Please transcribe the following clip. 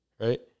right